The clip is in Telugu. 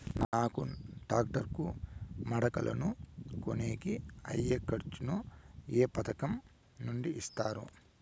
నాకు టాక్టర్ కు మడకలను కొనేకి అయ్యే ఖర్చు ను ఏ పథకం నుండి ఇస్తారు?